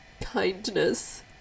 kindness